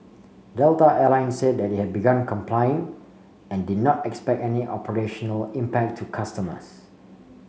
Delta Air Lines said it had begun complying and did not expect any operational impact to customers